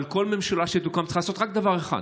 אבל כל ממשלה שתוקם צריכה לעשות רק דבר אחד: